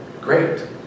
great